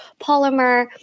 polymer